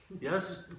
yes